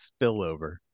spillover